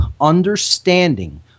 understanding